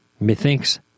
Methinks